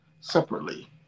separately